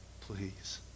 Please